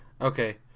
Okay